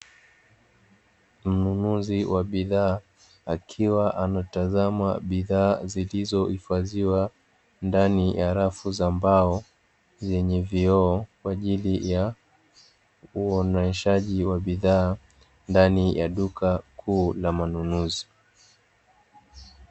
Mnunuzi wa bidhaa akiwa anatazama bidhaa zilizohifadhiwa ndani ya rafu za mbao, zenye vioo, kwa ajili ya uoneshaji wa bidhaa, ndani ya duka kuu la manunuzi.